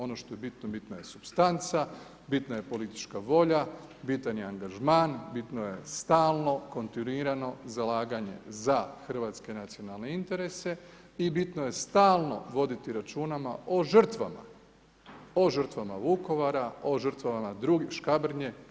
Ono što je bitno, bitna je supstanca, bitna je politička volja, bitan je angažman, bitno je stalno kontinuirano zalaganje za hrvatske nacionalne interese i bitno je stalno voditi računa o žrtvama, o žrtvama Vukovara, o žrtvama Škabrnje.